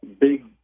big